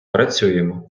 працюємо